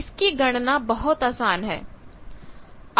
इसकी गणना बहुत आसान है